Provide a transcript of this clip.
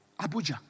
Abuja